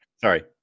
sorry